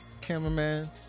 cameraman